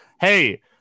Hey